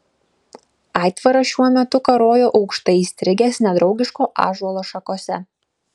aitvaras šiuo metu karojo aukštai įstrigęs nedraugiško ąžuolo šakose